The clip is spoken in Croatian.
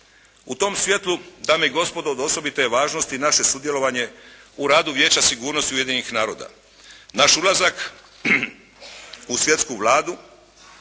U tom svijetlu dame i gospodo od osobite je važnosti naše sudjelovanje u radu Vijeća sigurnosti Ujedinjenih naroda. Naš ulazak u «svjetsku Vladu»,